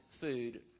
food